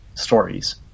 stories